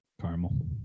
caramel